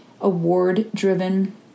award-driven